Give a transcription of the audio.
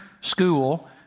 school